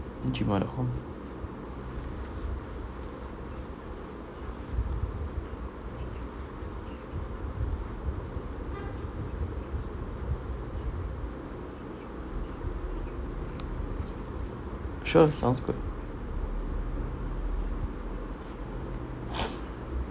Gmail dot com sure sounds good